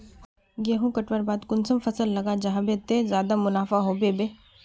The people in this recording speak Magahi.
गेंहू कटवार बाद कुंसम फसल लगा जाहा बे ते ज्यादा मुनाफा होबे बे?